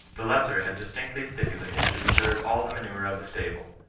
the lessor had distinctly stipulated to reserve all the manure of the stable,